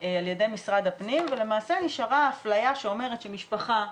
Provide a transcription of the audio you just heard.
על ידי משרד הפנים ולמעשה נשארה אפליה שאומרת שמשפחה,